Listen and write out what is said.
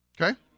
Okay